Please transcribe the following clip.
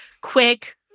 quick